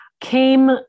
Came